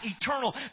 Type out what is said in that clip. eternal